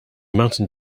mountain